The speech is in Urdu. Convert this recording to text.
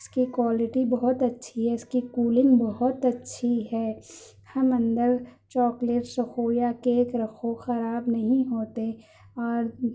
اس کی کوائلٹی بہت اچھی ہے اس کی کولنگ بہت اچھی ہے ہم اندر چاکلیٹس رکھو یا کیک رکھو خراب نہیں ہوتے اور